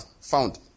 Found